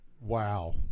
wow